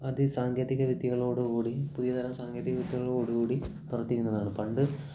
അതിസാങ്കേതികവിദ്യകളോടുകൂടി പുതിയതരം സാങ്കേതിക വിദ്യകളോടുകൂടി പ്രവർത്തിക്കുന്നതാണ് പണ്ട്